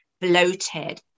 bloated